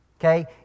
Okay